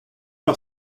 par